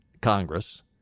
Congress